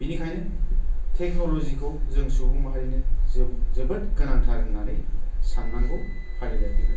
बेनिखायनो टेक्न'ल'जिखौ जों सुबुं माहारिनो जोबोद गोनांथार होननानै साननांगौ फारिलाय फैबाय